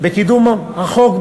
בקידום החוק,